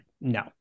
no